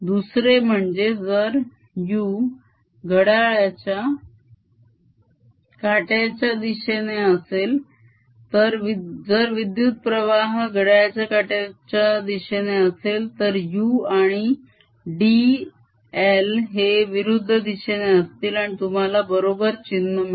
दुसरे म्हणजे जर u घड्याळाच्या काट्याच्या दिशेने असेल जर विद्युत्प्रवाह घड्याळाच्या काट्याच्या दिशेने असेल तर u आणि d l हे विरुद्ध दिशेने असतील आणि तुम्हाला बरोबर चिन्ह मिळेल